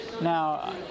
Now